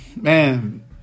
man